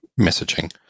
messaging